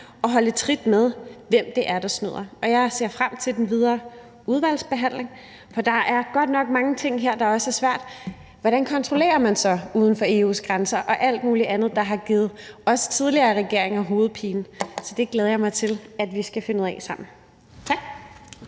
og holde trit med, hvem det er, der snyder. Jeg ser frem til den videre udvalgsbehandling, for der er godt nok mange ting her, der er svært. Hvordan kontrollerer man så uden for EU's grænser? Og der er alt mulig andet, der også har givet tidligere regeringer hovedpine. Så det glæder jeg mig til at vi skal finde ud af sammen. Tak.